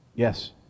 Yes